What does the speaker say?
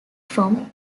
from